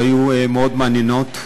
הן היו מאוד מעניינות.